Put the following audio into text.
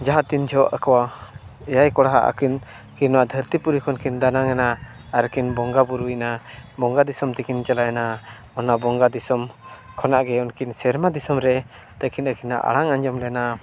ᱡᱟᱦᱟᱸ ᱛᱤᱱ ᱡᱚᱦᱚᱜ ᱟᱠᱚ ᱮᱭᱟᱭ ᱠᱚᱲᱟᱜ ᱟᱹᱠᱤᱱ ᱟᱹᱠᱤᱱ ᱱᱚᱣᱟ ᱫᱷᱟᱹᱨᱛᱤ ᱠᱷᱚᱱ ᱠᱤᱱ ᱫᱟᱱᱟᱝ ᱮᱱᱟ ᱟᱨ ᱠᱤᱱ ᱵᱚᱸᱜᱟ ᱵᱳᱨᱳᱭᱮᱱᱟ ᱵᱚᱸᱜᱟ ᱫᱤᱥᱚᱢ ᱛᱮᱠᱤᱱ ᱪᱟᱞᱟᱣᱮᱱᱟ ᱚᱱᱟ ᱵᱚᱸᱜᱟ ᱫᱤᱥᱚᱢ ᱠᱷᱚᱱᱟᱜ ᱜᱮ ᱩᱱᱠᱤᱱ ᱥᱮᱨᱢᱟ ᱫᱤᱥᱚᱢ ᱨᱮ ᱛᱟᱹᱠᱤᱱ ᱟᱹᱠᱤᱱᱟᱜ ᱟᱲᱟᱝ ᱟᱸᱡᱚᱢ ᱞᱮᱱᱟ